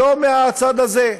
ולא מהצד הזה.